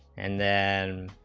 and then